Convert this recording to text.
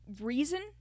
reason